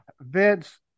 Vince